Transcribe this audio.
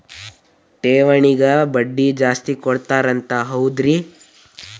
ಠೇವಣಿಗ ಬಡ್ಡಿ ಜಾಸ್ತಿ ಕೊಡ್ತಾರಂತ ಹೌದ್ರಿ?